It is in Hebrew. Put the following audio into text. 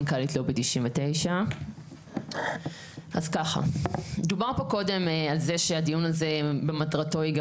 מנכ"לית לובי 99. דובר פה קודם על זה שהדיון הזה במטרתו היא גם